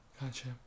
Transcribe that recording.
Gotcha